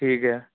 ठीक ऐ